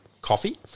Coffee